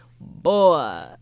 Boy